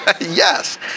Yes